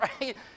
Right